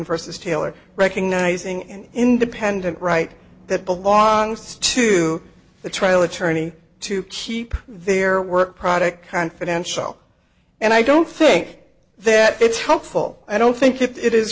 versus taylor recognizing an independent right that belongs to the trial attorney to keep their work product confidential and i don't think that it's helpful i don't think it i